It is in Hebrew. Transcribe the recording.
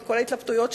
עם כל ההתלבטויות שלי,